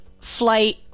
flight